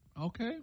Okay